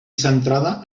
centrada